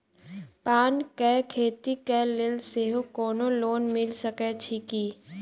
पान केँ खेती केँ लेल सेहो कोनो लोन मिल सकै छी की?